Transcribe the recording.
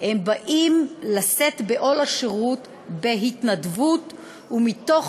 הם באים לשאת בעול השירות בהתנדבות ומתוך